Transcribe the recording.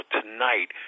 tonight